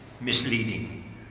misleading